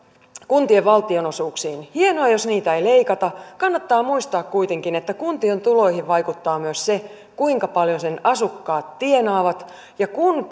kuntien valtionosuuksiin hienoa jos niitä ei leikata kannattaa muistaa kuitenkin että kunnan tuloihin vaikuttaa myös se kuinka paljon sen asukkaat tienaavat ja kun